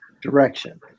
direction